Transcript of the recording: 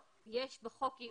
זה בתוך הקופסה של 14 מיליון.